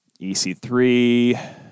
EC3